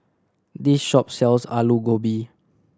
this shop sells Alu Gobi